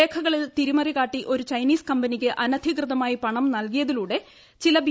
രേഖകളിൽ തിരിമറി കാട്ടി ഒരു ചൈനീസ് കമ്പനിയ്ക്ക് അനധികൃതമായി പണം നൽകിയതിലൂടെ ചില ബി